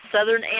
Southern